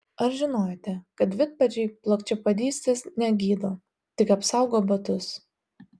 ar žinojote kad vidpadžiai plokščiapadystės negydo tik apsaugo batus